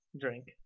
drink